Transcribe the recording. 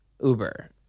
Uber